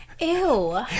Ew